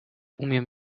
umiem